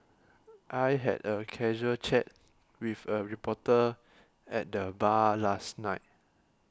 I had a casual chat with a reporter at the bar last night